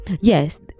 yes